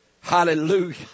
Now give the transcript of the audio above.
Hallelujah